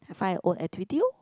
have I a own activity orh